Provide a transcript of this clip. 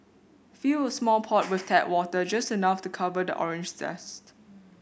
fill a small pot with tap water just enough to cover the orange zest